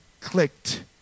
clicked